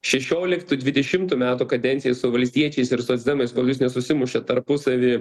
šešioliktų dvidešimtų metų kadencijoj su valstiečiais ir socdemais kol jūs nesusimušėt tarpusavy